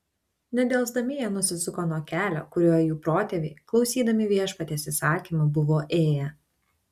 nedelsdami jie nusisuko nuo kelio kuriuo jų protėviai klausydami viešpaties įsakymų buvo ėję